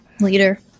leader